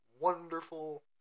wonderful